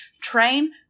train